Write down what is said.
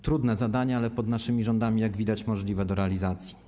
Trudne zadanie, ale pod naszymi rządami, jak widać, możliwe do realizacji.